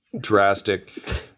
drastic